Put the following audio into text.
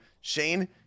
Shane